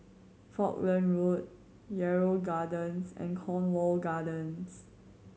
Falkland Road Yarrow Gardens and Cornwall Gardens